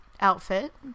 outfit